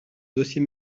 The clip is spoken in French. dossier